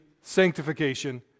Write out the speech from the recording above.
sanctification